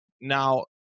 Now